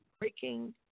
breaking